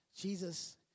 Jesus